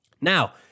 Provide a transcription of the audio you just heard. Now